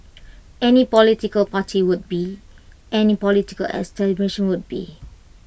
any political party would be any political establishment would be